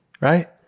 right